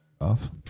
Off